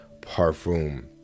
parfum